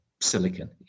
silicon